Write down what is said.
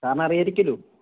സാറിന് അറിയാമായിരിക്കുമല്ലോ